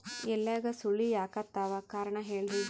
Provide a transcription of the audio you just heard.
ಎಲ್ಯಾಗ ಸುಳಿ ಯಾಕಾತ್ತಾವ ಕಾರಣ ಹೇಳ್ರಿ?